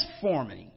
transforming